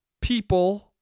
people